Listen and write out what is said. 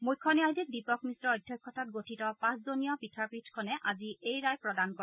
মুখ্য ন্যায়াধীশ দীপক মিশ্ৰৰ অধ্যক্ষতাত গঠিত পাঁচজনীয়া বিচাৰপীঠখনে আজি এই ৰায় প্ৰদান কৰে